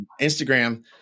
Instagram